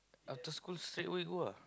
after school straight away go ah